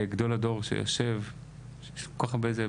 גדול הדור שיושב כל כך הרבה,